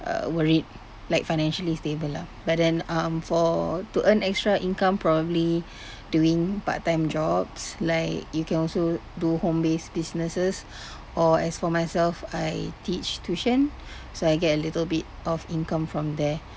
uh worried like financially stable lah but then um for to earn extra income probably doing part time jobs like you can also do home based businesses or as for myself I teach tuition so I get a little bit of income from there